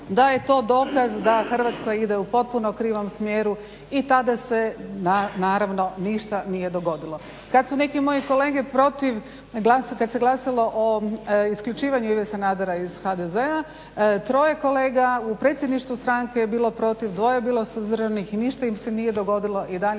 da je to dokaz da Hrvatska ide u potpuno krivom smjeru. I tada se naravno ništa nije dogodilo. Kad su neki moji kolege protiv, kad se glasalo o isključivanju Ive Sanadera iz HDZ-a troje kolega u Predsjedništvu stranke je bilo protiv, dvoje je bilo suzdržanih. I ništa im se nije dogodilo i dalje